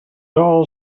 all